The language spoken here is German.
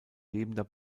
lebender